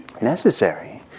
necessary